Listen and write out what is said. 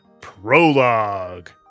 prologue